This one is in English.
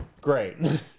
great